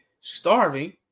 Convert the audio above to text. starving